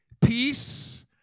Peace